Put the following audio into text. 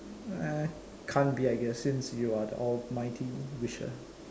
uh can't be I guess since you are the almighty wisher